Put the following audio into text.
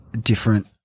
different